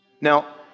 Now